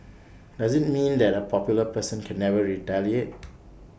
does IT mean that A popular person can never retaliate